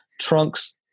trunks